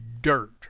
dirt